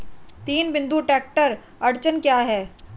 तीन बिंदु ट्रैक्टर अड़चन क्या है?